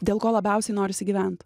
dėl ko labiausiai norisi gyvent